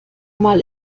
mal